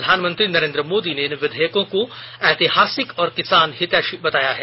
प्रधानमंत्री नरेन्द्र मोर्दो ने इन विधेयकों को ऐतिहासिक और किसान हितैषी बताया है